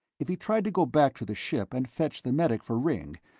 if he tried to go back to the ship and fetch the medic for ringg,